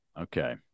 Okay